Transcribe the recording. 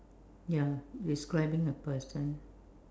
ya describing a person